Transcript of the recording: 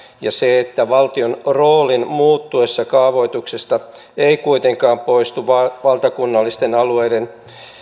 ja valtion roolin muuttuessa kaavoituksesta ei kuitenkaan poistu valtakunnallisten alueiden